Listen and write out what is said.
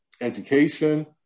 education